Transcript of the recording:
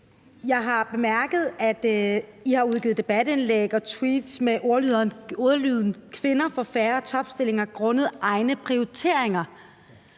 Jeg har bemærket, at I har udgivet debatindlæg og tweets med ordlyden: Kvinder får færre topstillinger grundet egne prioriteringer.